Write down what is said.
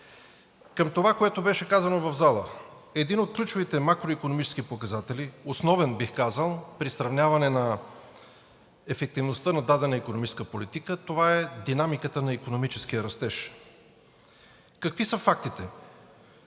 Към това, което беше казано в залата, един от ключовите макроикономически показатели, основен, бих казал, при сравняване на ефективността на дадена икономическа политика, това е динамиката на икономическия растеж. Какви са фактите?